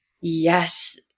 Yes